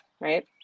Right